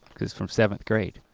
cause from seventh grade.